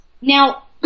Now